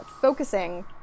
focusing